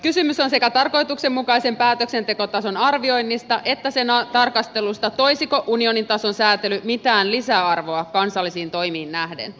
kysymys on sekä tarkoituksenmukaisen päätöksentekotason arvioinnista että sen tarkastelusta toisiko unionin tason säätely mitään lisäarvoa kansallisiin toimiin nähden